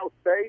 State